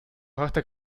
harter